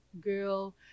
girl